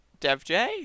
DevJ